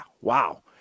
wow